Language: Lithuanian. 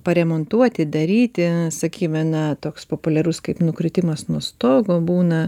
paremontuoti daryti sakykime na toks populiarus kaip nukritimas nuo stogo būna